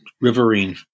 riverine